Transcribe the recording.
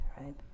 right